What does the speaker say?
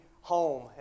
home